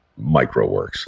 MicroWorks